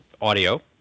audio